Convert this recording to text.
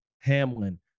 Hamlin